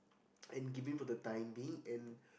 and giving for the time being and